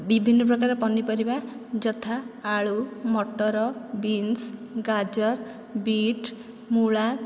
ବିଭିନ୍ନ ପ୍ରକାର ପନିପରିବା ଯଥା ଆଳୁ ମଟର ବିନ୍ସ ଗାଜର ବିଟ୍ ମୂଳା